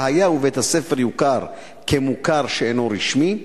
היה ובית-הספר יוכר כמוכר שאינו רשמי?